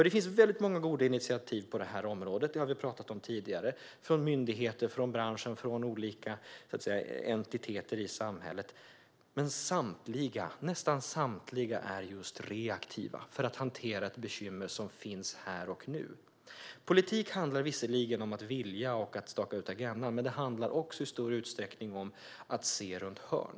Det finns många goda initiativ på det här området - det har vi pratat om tidigare - från myndigheter, från branschen och från olika entiteter i samhället, men nästan samtliga är just reaktiva och hanterar ett bekymmer som finns här och nu. Politik handlar visserligen om att vilja och att staka ut agendan, men det handlar också i stor utsträckning om att se runt hörn.